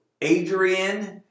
Adrian